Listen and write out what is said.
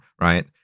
right